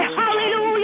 hallelujah